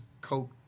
coat